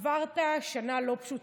עברת שנה לא פשוטה,